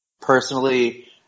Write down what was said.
personally